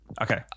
Okay